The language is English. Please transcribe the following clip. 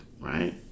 right